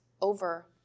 over